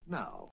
now